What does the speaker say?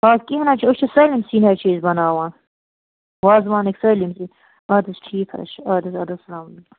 آد کینٛہہ نہِ حَظ چھُ أسۍ چھِ سٲلِم سِیٚنۍ حظ چھِ أسۍ بَنَاوان وازوانٕکۍ سٲلِم سِیٚنۍ ادٕ حَظ ٹھیٖک حَظ چھُ اد حَظ اد حَظ اسلام وعلیکُم